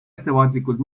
ettevaatlikult